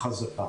אותם.